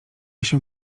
się